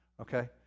Okay